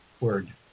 word